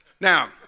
Now